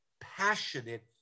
passionate